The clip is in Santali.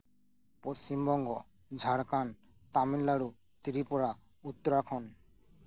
ᱯᱚᱥᱪᱷᱤᱢᱵᱚᱝᱜᱚ ᱡᱷᱟᱲᱠᱷᱚᱱᱰ ᱛᱟᱢᱤᱞᱱᱟᱲᱩ ᱛᱤᱨᱤᱯᱩᱨᱟ ᱩᱛᱛᱚᱨᱟᱠᱷᱚᱱᱰ